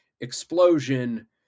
explosion